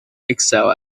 excel